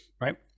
Right